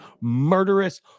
murderous